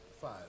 Five